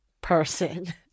person